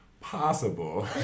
possible